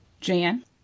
Jan